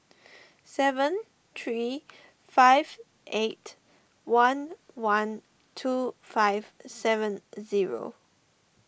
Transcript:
seven three five eight one one two five seven zero